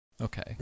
Okay